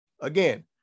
Again